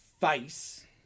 face